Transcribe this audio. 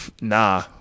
nah